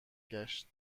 گشت